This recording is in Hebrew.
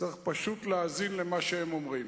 צריך פשוט להאזין למה שהם אומרים.